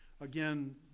Again